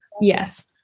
Yes